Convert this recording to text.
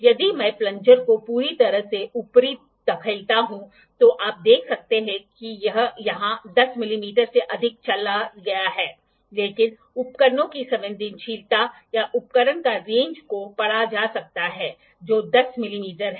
यदि मैं प्लंजर को पूरी तरह से ऊपर धकेलता हूं तो आप देख सकते हैं कि यह यहां 10 मिमी से अधिक चला गया है लेकिन उपकरण की संवेदनशीलता या उपकरण की रेंज को पढ़ा जा सकता है जो 10 मिमी है